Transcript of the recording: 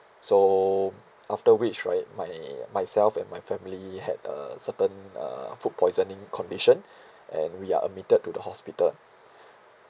so after which right my myself and my family had a certain uh food poisoning condition and we are admitted to the hospital